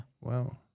Wow